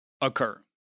occur